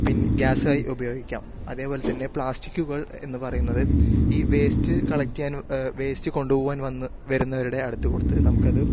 പിന്നെ ഗ്യാസായി ഉപയോഗിക്കാം അതേപോലെത്തന്നെ പ്ലാസ്റ്റിക്കുകൾ എന്ന് പറയുന്നത് ഈ വേസ്റ്റ് കളക്റ്റ് ചെയ്യാൻ വേസ്റ്റ് കൊണ്ടുപോകാൻ വന്ന വരുന്നവരുടെ അടുത്ത് കൊടുത്ത് നമുക്കത്